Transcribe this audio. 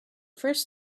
first